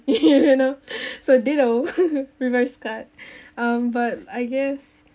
you know so ditto reverse card but um I guess